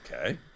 Okay